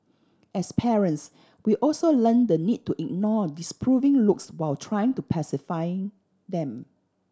as parents we also learn the need to ignore disapproving looks while trying to pacify them